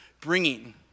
bringing